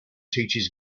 teaches